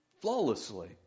flawlessly